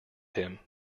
him